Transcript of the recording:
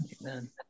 Amen